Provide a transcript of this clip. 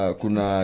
kuna